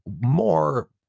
more